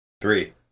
Three